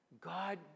God